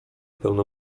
pełno